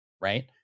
right